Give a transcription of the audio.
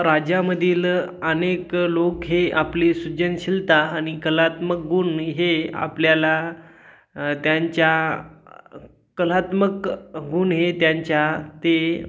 राज्यामधील अनेक लोक हे आपले सृजनशीलता आणि कलात्मक गुण हे आपल्याला त्यांच्या कलात्मक गुण हे त्यांच्या ते